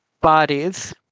bodies